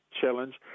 challenge